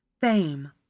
fame